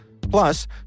Plus